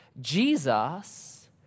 Jesus